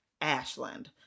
Ashland